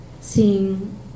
seeing